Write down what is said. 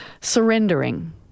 surrendering